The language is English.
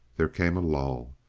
there came a lull.